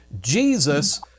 Jesus